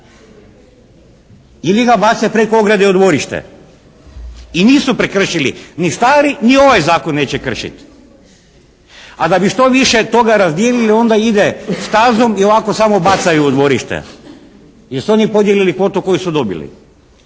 ili nabace preko ograde u dvorište i nisu prekršili ni stari ni ovaj Zakon neće kršiti. A da bi što više toga razdijelili onda ide stazom i ovako samo bacaju u dvorište jer su oni podijelili kvotu koju su dobili.